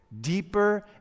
Deeper